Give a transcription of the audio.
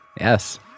Yes